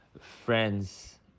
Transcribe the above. friends